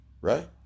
right